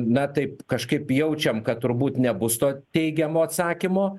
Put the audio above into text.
na taip kažkaip jaučiam kad turbūt nebus to teigiamo atsakymo